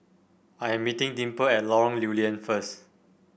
I am meeting Dimple at Lorong Lew Lian first